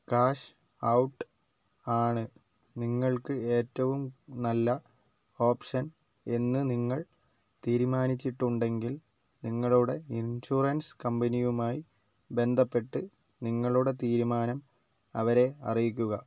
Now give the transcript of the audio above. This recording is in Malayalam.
കാഷ് ഔട്ട് ആണ് നിങ്ങൾക്ക് ഏറ്റവും നല്ല ഓപ്ഷൻ എന്ന് നിങ്ങൾ തീരുമാനിച്ചിട്ടുണ്ടെങ്കിൽ നിങ്ങളുടെ ഇൻഷുറൻസ് കമ്പനിയുമായി ബന്ധപ്പെട്ട് നിങ്ങളുടെ തീരുമാനം അവരെ അറിയിക്കുക